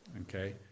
okay